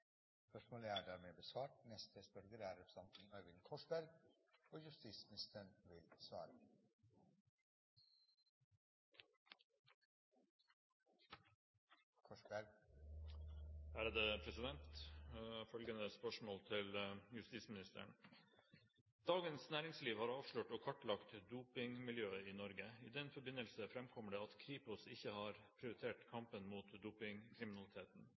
følgende spørsmål til justisministeren: «Dagens Næringsliv har avslørt og kartlagt dopingmiljøet i Norge. I den forbindelse fremkommer det at Kripos ikke prioriterer kampen mot dopingkriminaliteten.